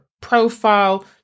profile